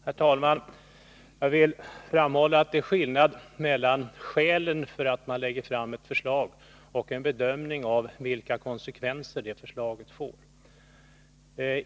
Herr talman! Jag vill framhålla att det är skillnad mellan skälen för att man lägger fram ett förslag och en bedömning av vilka konsekvenser det förslaget får.